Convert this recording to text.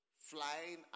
flying